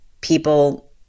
people